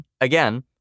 again